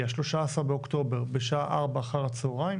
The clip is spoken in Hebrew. ה-13 באוקטובר בשעה ארבע אחר הצוהריים